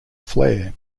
flair